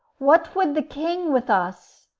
what would the king with us?